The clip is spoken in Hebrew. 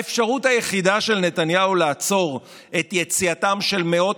האפשרות היחידה של נתניהו לעצור את יציאתם של מאות